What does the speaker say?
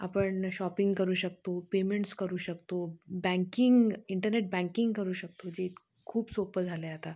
आपण शॉपिंग करू शकतो पेमेंट्स करू शकतो बँकिंग इंटरनेट बँकिंग करू शकतो जे खूप सोपं झालं आहे आता